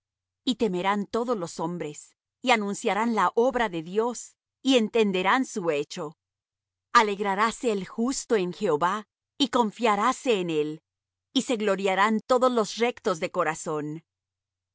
y temerán todos los hombres y anunciarán la obra de dios y entenderán su hecho alegraráse el justo en jehová y confiaráse en él y se gloriarán todos los rectos de corazón al